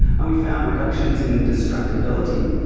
and we found reductions in distractibility.